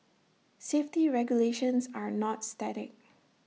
safety regulations are not static